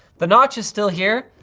the notch is still here.